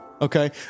Okay